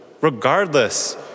regardless